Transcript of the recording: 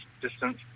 distance